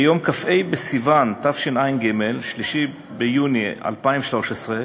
ביום כ"ה בסיוון תשע"ג, 3 ביוני 2013,